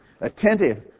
attentive